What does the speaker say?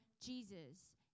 Jesus